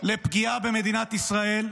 לפגיעה במדינת ישראל,